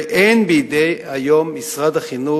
ואין היום בידי משרד החינוך,